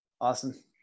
awesome